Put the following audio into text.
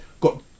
got